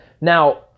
Now